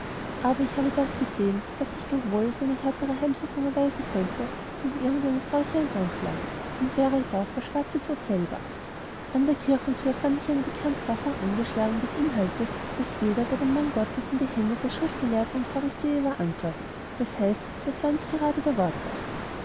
aber ich habe das gesehen was sich gar wohl als eine härtere heimsuchung erweisen könnte denn irgendeine seuche und landplage und wäre es auch der schwarze tod selber an der kirchentür fand ich eine bekanntmachung angeschlagen des inhaltes daß jeder der den mann gottes in die hände der schriftgelehrten und der pharisäer überantwortet das heißt das war nicht gerade der wortlaut